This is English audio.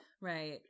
Right